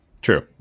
True